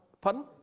pardon